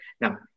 Now